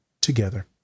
together